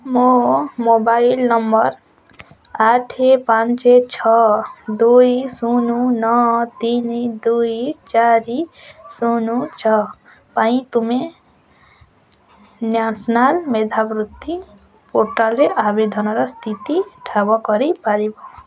ମୋ mobile number ଆଠ ପାଞ୍ଚ ଛଅ ଦୁଇ ଶୁନୁ ନଅ ତିନି ଦୁଇ ଚାରି ଶୁନୁ ଛଅ ପାଇଁ ତୁମେ ନ୍ୟାସନାଲ୍ ମେଧାବୃତ୍ତି ପୋର୍ଟାଲ୍ରେ ଆବେଦନର ସ୍ଥିତି ଠାବ କରିପାରିବ